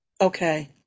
Okay